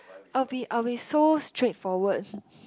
I'll be I'll be so straightforward